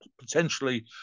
potentially